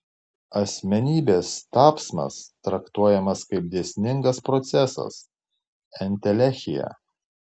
asmenybės tapsmas traktuojamas kaip dėsningas procesas entelechija